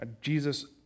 Jesus